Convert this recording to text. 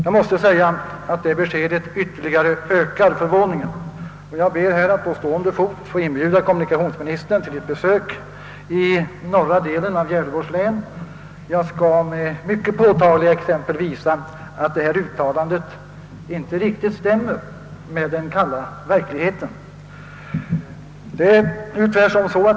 Jag måste erkänna att detta besked ytterligare ökar förvåningen. Jag ber att på stående fot få inbjuda kommunikationsministern till ett besök i norra delen av Gävleborgs län. Jag skall med mycket påtagliga exempel visa att detta uttalande inte riktigt stämmer med den kalla verkligheten.